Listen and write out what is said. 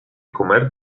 comer